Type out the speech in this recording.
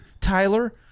tyler